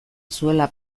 zuela